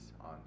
on